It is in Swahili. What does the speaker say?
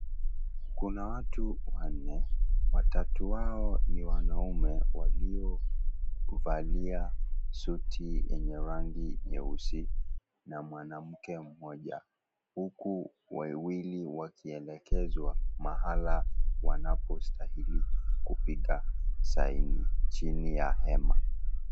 Kuna watu wanne, watatu wao ni wanaume waliovalia suti yenye rangi nyeusi na mwanamke mmoja, huku wawili wakielekezwa mahala wanapostahili kupiga saini chini ya hema.